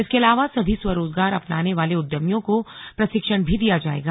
इसके अलावा सभी स्वरोजगार अपनाने वाले उद्यमियों को प्रशिक्षण भी दिया जाएगा